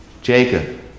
Jacob